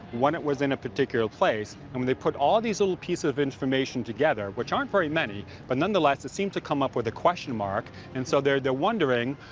when it was in a particular place. and when they put all these little pieces of information together which aren't very many but nonetheless, it seemed to come up with a question mark. and so they're they're wondering,